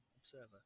Observer